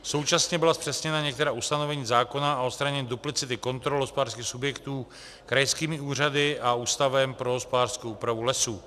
Současně byla zpřesněna některá ustanovení zákona o odstranění duplicity kontrol hospodářských subjektů krajskými úřady a Ústavem pro hospodářskou úpravu lesů.